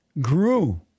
grew